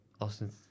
Austin